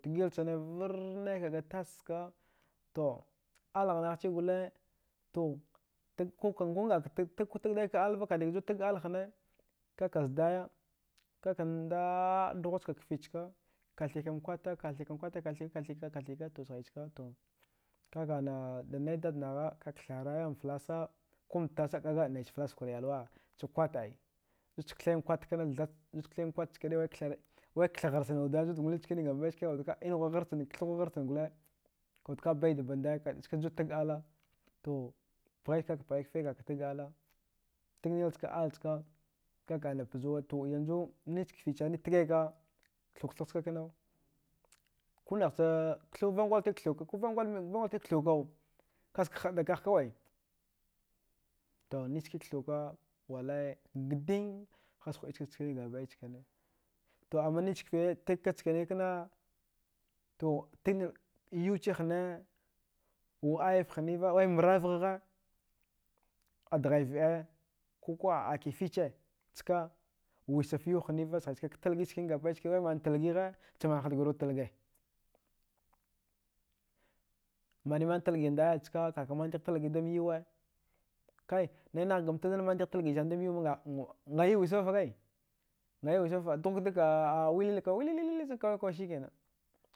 Tgilchana varrnaika ga taschka to alghnaghchi gole to kungaka tagdaika alva kadikaju tag alhne kaka zdaya kaka ndaɗdughuchka kfichka kathikan kwata kathikan kwata kathika-kathika-kathika to sghaichka to kaka ana dida nai dadnagha kaka ktharayan flasa kom tasa kaga naicha flas chkwar iyalwa chkwat ai zucha kthain nkwat kana thatt zud kthin kwat chkane wai kathgharchan wuda zudgolechkani gabɗai chkane kawuda ka inughu gharchan kathghu gharchan gole kawudka baidaba ndaya skaju tag ala to pggaichka da pgha kfe kaka dag ala tagnil chka al chka kaka ana pzuwa to yanzu nachkfi sani tghaika kthukthag skakkna kunahcha kthu vangal titkwa kthuka ko vangal mi ko vangaltitkwa kthukau kaska haɗda kagh kawai to nichski kthuka wallai gding hazz huɗi chka chkani gabɗai chkine to amma nichkfe tagkka chkane kna to tagnil yucehne wuɗayaf hniva wai mbravghagha adghi vɗe kukuwa a akifiche ska wisaf yau hniva sghichkak kalgi chkane gabɗai chkane daman talghigha chamanha dgawir wud talge, maniman talghi ndaya ska kakamantigh talghi damyuwa kai nai nakamta zanmantigh talgi gamyuwma nga nga yau wisavafa kai ngayau wisavafa dghukadag a wililfa wilililil zankawai sikena